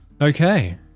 Okay